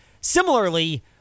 similarly